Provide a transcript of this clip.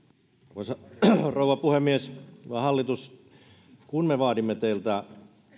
arvoisa rouva puhemies hyvä hallitus kun me vaadimme teiltä